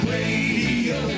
Radio